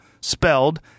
spelled